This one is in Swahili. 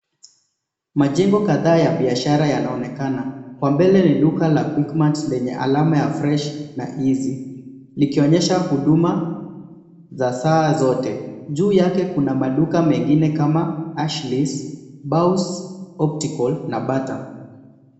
Majengo kadhaa ya biashara yanaonekana. Kwa mbele ni duka la quickmart lenye alama ya fresh na easy likionyesha huduma za saa zote. Juu yake kuna maduka mengine kama ashleys bows, opticals na bata .